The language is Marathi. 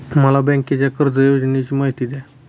मला बँकेच्या कर्ज योजनांची माहिती द्या